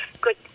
good